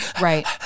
Right